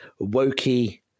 wokey